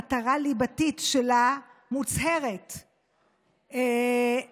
המשפט העליון לבסס את סמכותו לבצע ביקורת שיפוטית אף על